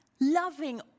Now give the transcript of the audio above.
loving